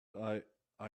i—i